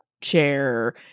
chair